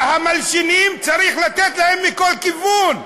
המלשינים, צריך לתת להם מכל כיוון.